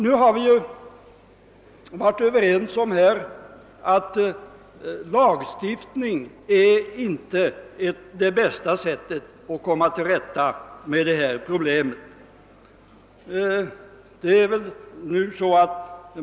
Vi har ju varit överens om att lagstiftning inte är det bästa sättet att komma till rätta med detta problem.